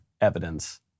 evidence